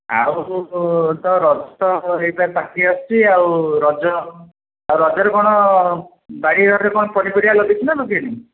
ଆଉ ତ ରଜ ପାଖେଇ ଆସୁଛି ଆଉ ରଜ ଆଉ ରଜ ରେ କ'ଣ ବାରି ଘରେ କ'ଣ ପନିପରିବା ଲଗାଇଛୁ ନା ଲଗାଇନୁ